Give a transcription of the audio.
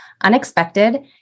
unexpected